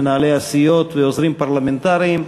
מנהלי הסיעות ועוזרים פרלמנטריים,